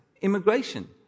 Immigration